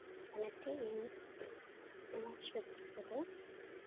ᱚᱱᱟᱛᱮ ᱤᱧ ᱱᱚᱣᱟ ᱪᱷᱮᱛᱨᱚ ᱠᱚᱫᱚ